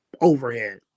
overhead